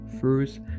first